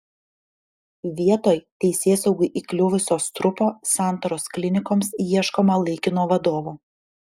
vietoj teisėsaugai įkliuvusio strupo santaros klinikoms ieškoma laikino vadovo